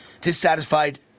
dissatisfied